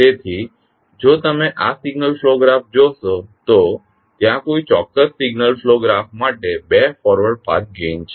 તેથી જો તમે આ સિગ્નલ ફ્લો ગ્રાફ જોશો તો ત્યાં કોઇ ચોક્કસ સિગ્નલ ફ્લો ગ્રાફ માટે 2 ફોરવર્ડ પાથ ગેઇન છે